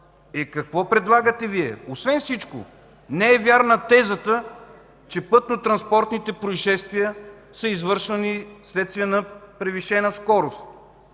Какво предлагате Вие? Освен всичко не е вярна тезата, че пътно-транспортните произшествия се извършват вследствие на превишена скорост.